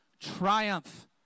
triumph